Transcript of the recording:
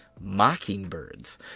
Mockingbirds